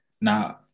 Now